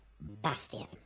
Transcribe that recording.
Bastian